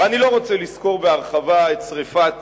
ואני לא רוצה לסקור בהרחבה את שרפת